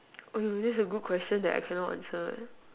!aiyo! this is a good question that I cannot answer